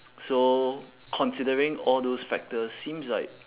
so considering all those factors seems like